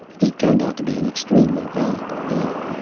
he turned out to be an extremely valuable man.